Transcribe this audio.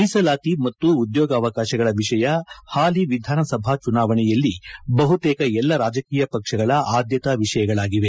ಮೀಸಲಾತಿ ಮತ್ತು ಉದ್ಯೋಗಾವಕಾಶಗಳ ವಿಷಯ ಹಾಲಿ ವಿಧಾನಸಭಾ ಚುನಾವಣೆಯಲ್ಲಿ ಬಹುತೇಕ ಎಲ್ಲ ರಾಜಕೀಯ ಪಕ್ಷಗಳ ಆದ್ಯತಾ ವಿಷಯಗಳಾಗಿವೆ